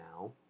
now